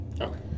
Okay